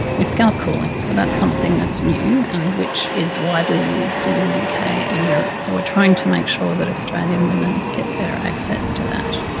with scalp cooling. so that's something that's new and which is widely used in the yeah uk and europe. so we're trying to make sure that australian women get better access to that.